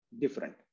different